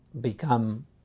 become